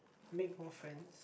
make more friends